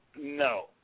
No